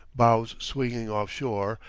bows swinging offshore,